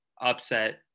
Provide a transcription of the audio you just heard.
upset